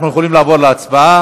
אנחנו יכולים לעבור להצבעה.